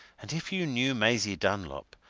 and if you knew maisie dunlop,